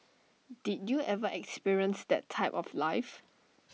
did you ever experience that type of life